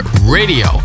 radio